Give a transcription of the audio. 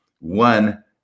one